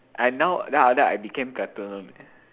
I now then after that I became platinum